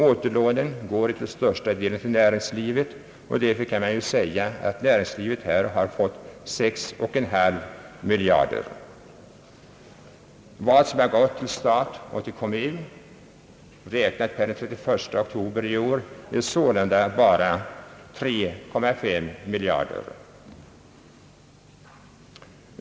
Återlånen går till största delen till näringslivet, och man kan därför påstå att näringlivet har fått 6,5 miljarder. Vad som har gått till stat och kommun, räknat per den 31 oktober i år, är således bara 3,5 miljarder.